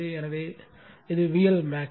எனவே இது VL max